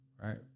Right